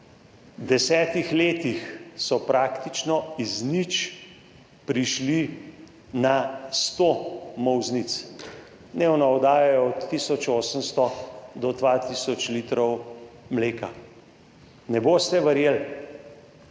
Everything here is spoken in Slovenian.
V 10-ih letih so praktično iz nič prišli na 100 molznic. Dnevno oddajajo od 1800 do 2000 litrov mleka. Ne boste verjeli,